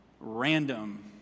random